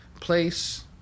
Place